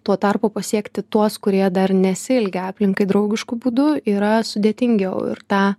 tuo tarpu pasiekti tuos kurie dar nesielgia aplinkai draugišku būdu yra sudėtingiau ir tą